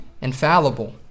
infallible